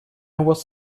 was